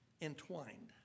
entwined